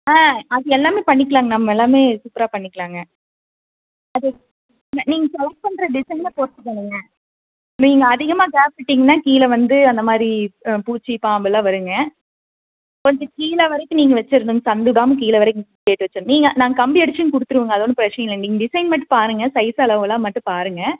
ஆ அது எல்லாமே பண்ணிக்கலாங்க நம் எல்லாமே சூப்பராக பண்ணிக்கலாங்க அது ந நீங்கள் செலக்ட் பண்ணுற டிசைனை பொறுத்து தானுங்க நீங்கள் அதிகமாக கேப் விட்டிங்கனால் கீழே வந்து அந்த மாதிரி பூச்சி பாம்பெல்லாம் வருங்க கொஞ்சம் கீழே வரைக்கும் நீங்கள் வெச்சுருந்தீங்க சந்து விடாம கீழே வரைக்கும் கேட்டு வெச்சுரு நீங்கள் நாங்கள் கம்பி அடித்தும் கொடுத்துருவோங்க அது ஒன்றும் பிரச்சின இல்லை நீங்கள் டிசைன் மட்டும் பாருங்க சைஸு அளவெலாம் மட்டும் பாருங்க